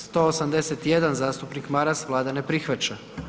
181. zastupnik Maras, Vlada ne prihvaća.